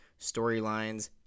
storylines